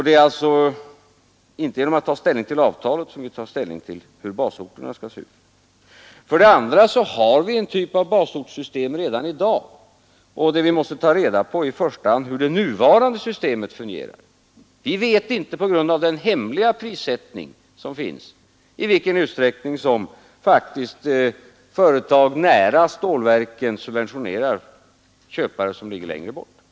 Det att välja basorter så långt söderut som möjligt - basorterna skall se ut. För det andra har vi en typ av basortssystem redan Avtal med EEC, m.m. i dag, och vi måste i första hand ta reda på hur det nuvarande systemet fungerar. På grund av den hemliga prissättning som förekommer vet vi inte i vilken utsträckning som företag nära stålverk subventionerar köpare som ligger längre bort.